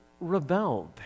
rebelled